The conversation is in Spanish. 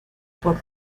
por